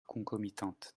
concomitantes